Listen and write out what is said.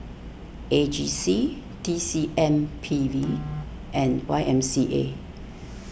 A G C T C M P B and Y M C A